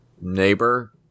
neighbor